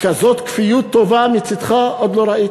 כזאת כפיות טובה מצדך עוד לא ראיתי.